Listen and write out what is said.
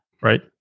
right